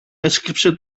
έσκυψε